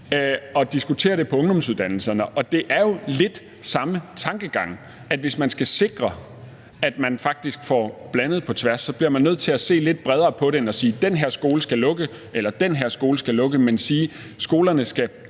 og diskuterer det på ungdomsuddannelserne. Det er jo lidt den samme tankegang, altså at hvis man skal sikre, at man faktisk får blandet på tværs, bliver man nødt til at se lidt bredere på det end at sige: Den her skole skal lukke, eller den her skole skal lukke. Men man skal sige, at skolerne skal